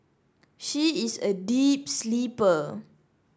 she is a deep sleeper